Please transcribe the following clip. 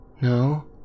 No